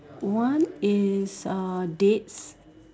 one is uh dates